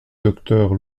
docteur